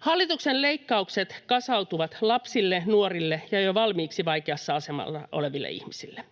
Hallituksen leikkaukset kasautuvat lapsille, nuorille ja jo valmiiksi vaikeassa asemassa oleville ihmisille.